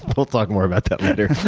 we'll talk more about that later.